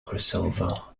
crossover